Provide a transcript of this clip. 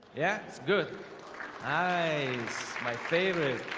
yeah, it's good eyes my favorite